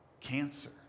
cancer